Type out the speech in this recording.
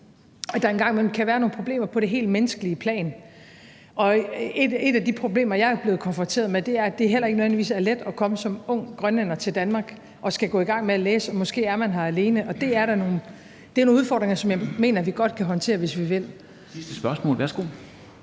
kan være nogle problemer på det helt menneskelige plan. Et af de problemer, jeg er blevet konfronteret med, er, at det heller ikke nødvendigvis er let som ung grønlænder at komme til Danmark og skulle gå i gang med at læse, og måske er man her alene. Det er nogle udfordringer, som jeg mener vi godt kan håndtere, hvis vi vil.